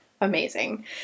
amazing